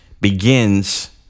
begins